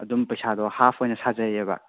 ꯑꯗꯨꯝ ꯄꯩꯁꯥꯗꯣ ꯍꯥꯐ ꯑꯣꯏꯅ ꯁꯥꯖꯩꯌꯦꯕ